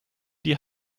die